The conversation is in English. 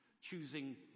choosing